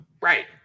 right